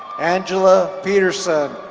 anjela peterson.